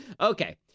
Okay